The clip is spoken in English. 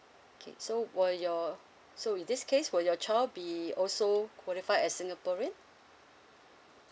okay so will your so in this case will your child be also qualified as singaporean